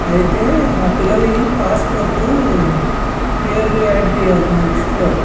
అయితే మా పిల్లలవి పాస్పోర్టు పేర్లు యాడ్ చేయాలి మా లిస్టులో